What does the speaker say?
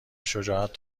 شجاعت